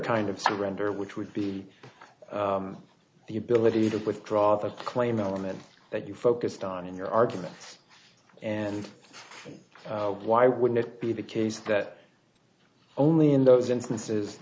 kind of surrender which would be the ability to withdraw the claim element that you focused on in your argument and why wouldn't it be the case that only in those instances